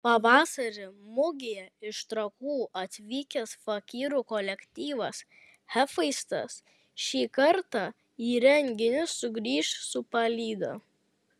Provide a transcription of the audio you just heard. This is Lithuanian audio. pavasarį mugėje iš trakų atvykęs fakyrų kolektyvas hefaistas šį kartą į renginį sugrįš su palyda